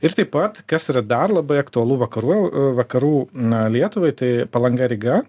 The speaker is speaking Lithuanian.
ir taip pat kas yra dar labai aktualu vakarų vakarų na lietuvai tai palanga ryga